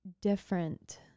different